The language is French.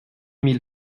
mille